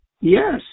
Yes